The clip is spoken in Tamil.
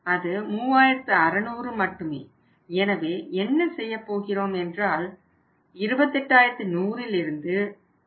அது 3600 மட்டுமே எனவே என்ன செய்யப்போகிறோம் என்றால் 28100 இல் இருந்து அதை கழிக்கப் போகிறோம்